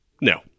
No